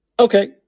Okay